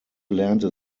lernte